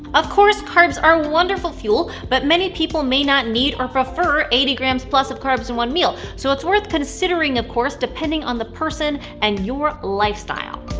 of course, carbs are wonderful fuel, but many people may not need or prefer eighty grams plus of carbs in one meal, so it's worth considering, of course depending on the person and your lifestyle.